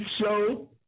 Show